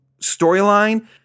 storyline